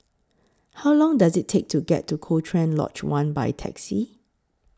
How Long Does IT Take to get to Cochrane Lodge one By Taxi